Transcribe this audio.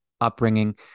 upbringing